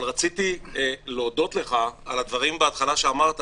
רציתי להודות לך על הדברים שאמרת בהתחלה.